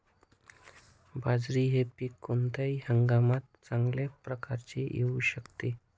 बाजरी हे पीक कोणत्या हंगामात चांगल्या प्रकारे येऊ शकते?